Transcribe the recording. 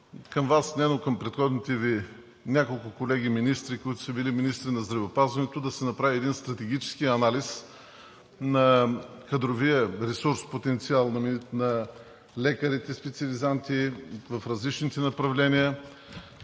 към Вас – не, но към предходните Ви няколко колеги министри, които са били министри на здравеопазването, да се направи един стратегически анализ на кадровия ресурс, на потенциала на лекарите специализанти в различните направления.